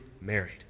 married